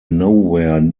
nowhere